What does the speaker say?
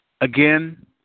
Again